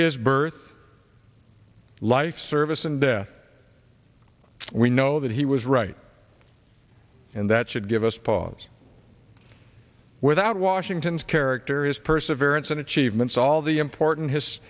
his birth life service and we know that he was right and that should give us pause without washington's character is perseverance and achievements all the important his